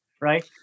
right